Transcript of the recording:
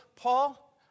Paul